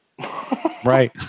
Right